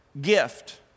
gift